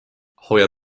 hoia